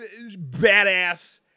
badass